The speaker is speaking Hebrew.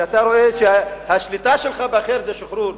שאתה רואה שהשליטה שלך באחר זה שחרור,